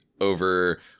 over